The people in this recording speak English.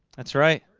that's right